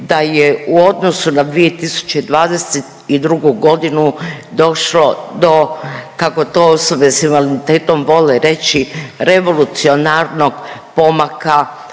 da je u odnosu na 2022. godinu došlo do kako to osobe s invaliditetom vole reći revolucionarnog pomaka